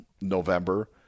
November